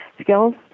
skills